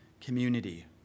community